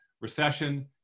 recession